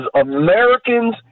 Americans